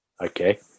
Okay